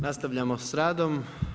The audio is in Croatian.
Nastavljamo s radom.